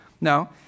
no